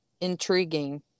intriguing